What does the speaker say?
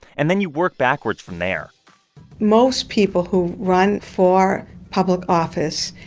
and then you work backwards from there most people who run for public office,